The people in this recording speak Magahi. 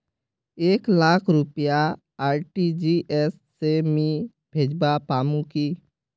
एक लाख रुपया आर.टी.जी.एस से मी भेजवा पामु की